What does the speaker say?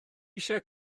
eisiau